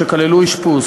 שכללו אשפוז.